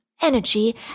energy